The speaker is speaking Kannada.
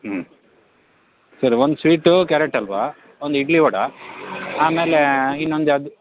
ಹ್ಞೂ ಸರಿ ಒಂದು ಸ್ವೀಟೂ ಕ್ಯಾರೆಟ್ ಹಲ್ವಾ ಒಂದು ಇಡ್ಲಿ ವಡ ಆಮೇಲೆ ಇನ್ನೊಂದು ಯಾವುದು